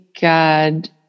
God